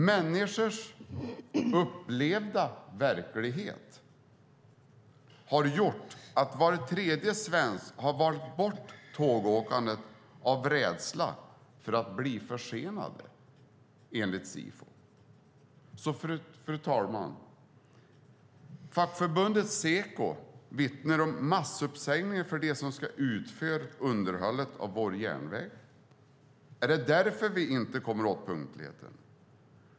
Människors upplevda verklighet har gjort att var tredje svensk har valt bort tågåkandet av rädsla för att bli försenad, enligt Sifo. Fru talman! Fackförbundet Seko vittnar om massuppsägningar av dem som ska utföra underhållet av vår järnväg. Är det därför vi inte kommer åt punktligheten?